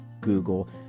Google